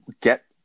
Get